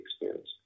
experience